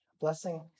blessing